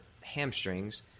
hamstrings